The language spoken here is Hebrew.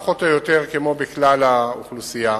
פחות או יותר כמו בכלל האוכלוסייה.